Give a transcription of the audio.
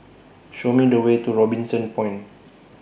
Show Me The Way to Robinson Point